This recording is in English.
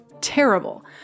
terrible